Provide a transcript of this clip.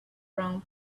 round